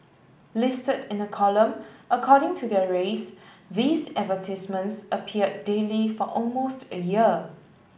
listed in a column according to their race these advertisements appeared daily for almost a year